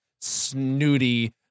snooty